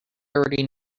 already